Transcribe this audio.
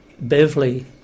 Beverly